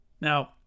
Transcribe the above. Now